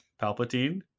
Palpatine